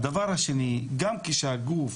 הדבר השני, גם כשהגוף